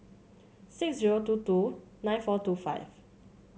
six zero two two nine four two five